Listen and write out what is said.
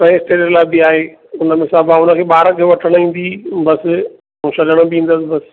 ऐं ॿारु खे वठणु ईंदी बस ऐं छॾण बि ईंदसि बस